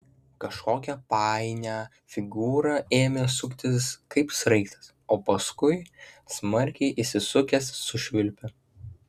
kažkokią painią figūrą ėmė suktis kaip sraigtas o paskui smarkiai įsisukęs sušvilpė